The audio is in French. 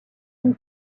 une